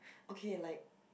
okay like